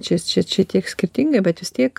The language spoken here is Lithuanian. čia čia čia tiek skirtingai bet vis tiek